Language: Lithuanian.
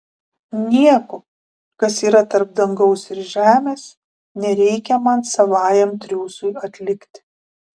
nieko kas yra tarp dangaus ir žemės nereikia man savajam triūsui atlikti